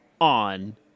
on